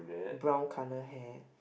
brown colour hair